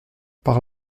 par